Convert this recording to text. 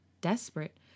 desperate